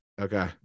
Okay